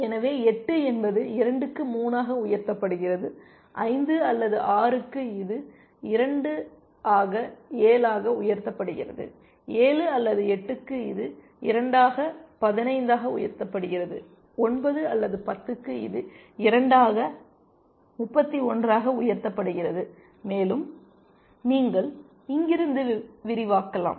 எனவே 8 என்பது 2 க்கு 3 ஆக உயர்த்தப்படுகிறது 5 அல்லது 6 க்கு இது 2 ஆக 7 ஆக உயர்த்தப்படுகிறது 7 அல்லது 8 க்கு இது 2 ஆக 15 ஆக உயர்த்தப்படுகிறது 9 அல்லது 10 க்கு இது 2 ஆக 31 ஆக உயர்த்தப்படுகிறது மேலும் நீங்கள் இங்கிருந்து விரிவாக்கலாம்